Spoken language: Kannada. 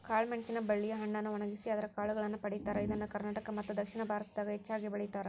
ಕಾಳಮೆಣಸಿನ ಬಳ್ಳಿಯ ಹಣ್ಣನ್ನು ಒಣಗಿಸಿ ಅದರ ಕಾಳುಗಳನ್ನ ಪಡೇತಾರ, ಇದನ್ನ ಕರ್ನಾಟಕ ಮತ್ತದಕ್ಷಿಣ ಭಾರತದಾಗ ಹೆಚ್ಚಾಗಿ ಬೆಳೇತಾರ